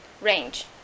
range